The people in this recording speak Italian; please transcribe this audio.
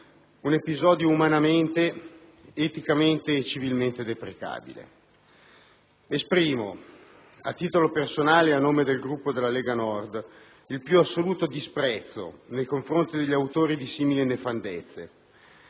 un episodio umanamente, eticamente e civilmente deprecabile. Esprimo, a titolo personale ed a nome del Gruppo della Lega Nord, il più assoluto disprezzo nei confronti degli autori di simili nefandezze,